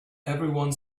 everyone